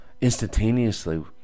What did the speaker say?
instantaneously